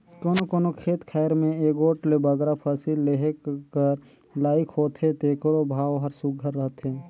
कोनो कोनो खेत खाएर में एगोट ले बगरा फसिल लेहे कर लाइक होथे तेकरो भाव हर सुग्घर रहथे